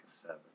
seven